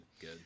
good